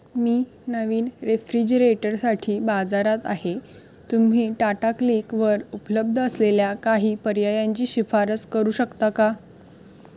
मी नवीन रेफ्रिजिरेटरसाठी बाजारात आहे तुम्ही टाटा क्लिकवर उपलब्ध असलेल्या काही पर्यायांची शिफारस करू शकता का